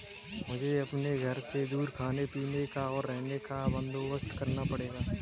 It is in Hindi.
मुझे अपने घर से दूर खाने पीने का, और रहने का बंदोबस्त करना पड़ेगा